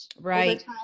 Right